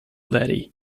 laddie